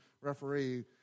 referee